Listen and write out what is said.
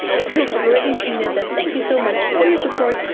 if you've already seen it, then thank you so much for your support.